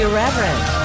Irreverent